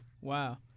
wow